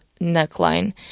neckline